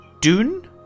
Dune